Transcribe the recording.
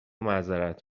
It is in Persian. معذرت